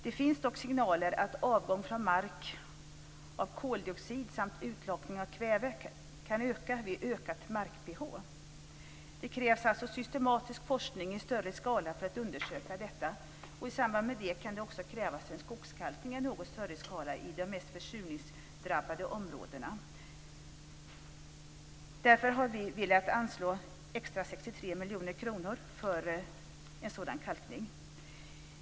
Det finns dock signaler om att avgång från mark av koldioxid samt utlakning av kväve kan öka vid ökat mark-pH. Det krävs alltså systematisk forskning i större skala för att undersöka detta, och i samband med det kan det också krävas en skogskalkning i något större skala i de mest försurningsdrabbade områdena. Därför vill vi anslå 63 miljoner kronor extra för en sådan kalkning.